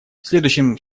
следующим